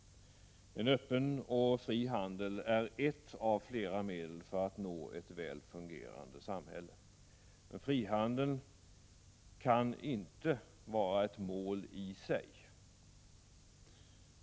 En öppen och fri handel är ett av flera medel för att nå ett väl fungerande samhälle, men frihandeln kan inte vara ett mål i sig.